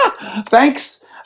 Thanks